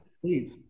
please